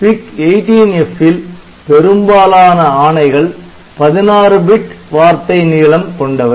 PIC18F ல் பெரும்பாலான ஆணைகள் 16 பிட் வார்த்தை நீளம் கொண்டவை